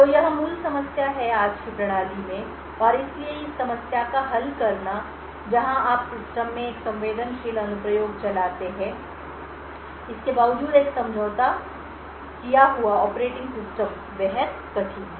तो यह मूल समस्या है आज की प्रणाली मैं और इसलिए इस समस्या को हल करना जहां आप सिस्टम में एक संवेदनशील अनुप्रयोग चलाते हैं इसके बावजूद एक समझौता किया हुआ ऑपरेटिंग सिस्टम बेहद कठिन है